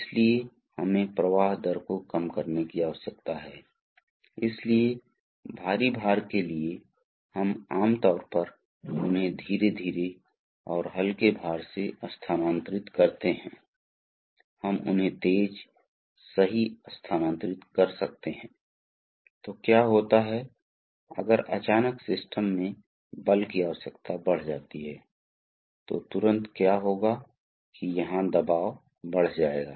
इसलिए हमने बल बनाया है जो अब अगर A2 A1 का अनुपात 100 है तो एक छोर पर 1 किलो F बल लागू करके हमने दूसरे छोर पर 100 किलो F बल बनाया है इसलिए इस सिद्धांत का उपयोग करना कुछ हद तक एक द्रव लीवर की तरह है लीवर को याद रखें कि पूर्णांक के कारण यदि हम एक छोर पर एक छोटा बल लागू करते हैं तो हम एक दूसरे छोर पर बहुत अधिक भार उठा सकते हैं क्षणिक संतुलन के कारण इसलिए यहां भी दबाव के कारण वही चीज होना जा रही है